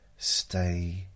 stay